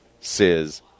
says